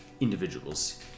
individuals